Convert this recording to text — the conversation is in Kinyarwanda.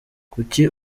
kuri